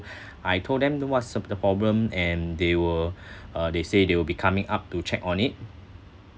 I told them the what's the the problem and they were uh they say they will be coming up to check on it